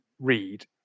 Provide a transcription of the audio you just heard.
read